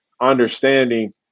understanding